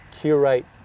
curate